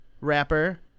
rapper